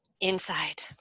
Inside